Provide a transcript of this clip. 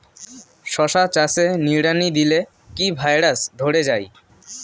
শশা চাষে নিড়ানি দিলে কি ভাইরাস ধরে যায়?